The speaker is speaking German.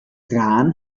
rahn